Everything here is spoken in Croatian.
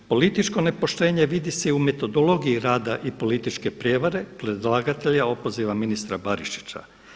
Političko nepoštenje vidi se i u metodologiji rada i političke prijevare predlagatelja opoziva ministra Barišića.